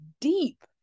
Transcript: deep